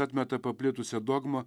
atmeta paplitusią dogmą